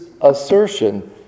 assertion